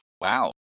wow